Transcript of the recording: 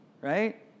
right